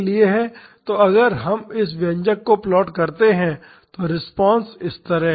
तो अगर हम इस व्यंजक को प्लॉट करते हैं तो रिस्पांस इस तरह है